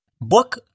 Book